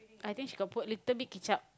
I think she got put little bit ketchup